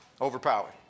Overpowered